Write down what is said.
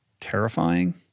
Terrifying